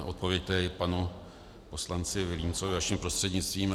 Odpověď panu poslanci Vilímcovi vaším prostřednictvím.